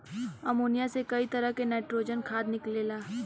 ammonia से कई तरह क नाइट्रोजन खाद निकलेला